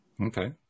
Okay